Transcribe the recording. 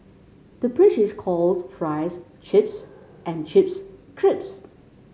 the British calls fries chips and chips crisps